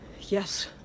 Yes